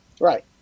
Right